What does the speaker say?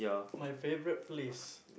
my favourite place